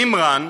מימרן,